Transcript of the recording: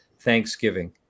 Thanksgiving